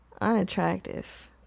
unattractive